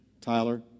Tyler